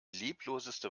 liebloseste